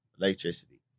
electricity